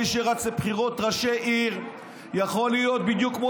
מי שרץ לבחירות ראשי עיר יכול להיות בדיוק כמו